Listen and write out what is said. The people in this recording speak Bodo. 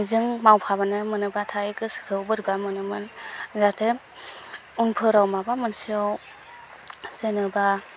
बेजों मावफाबोनो मोनोबाथाय गोसोखौ बोरैबा मोनोमोन जाहाथे उनफोराव माबा मोनसेयाव जेनोबा